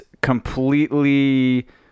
completely